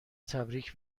تبریک